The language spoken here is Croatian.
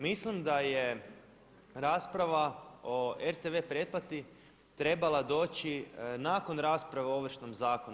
Mislim da je rasprava o RTV pretplati trebala doći nakon rasprave o Ovršnom zakonu.